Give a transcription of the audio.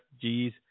G's